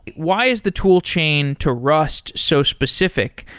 why is the tool chain to rust so specific?